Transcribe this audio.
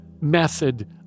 method